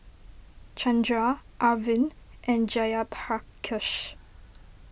Chandra Arvind and Jayaprakash